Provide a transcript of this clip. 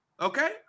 Okay